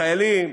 החיילים,